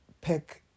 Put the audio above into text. pick